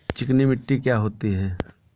चिकनी मिट्टी क्या होती है?